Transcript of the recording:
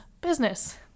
business